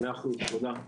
תודה.